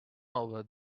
over